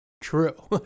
true